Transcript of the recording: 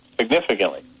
significantly